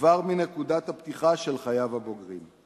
כבר מנקודת הפתיחה של חייו הבוגרים.